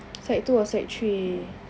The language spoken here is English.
sec two or sec three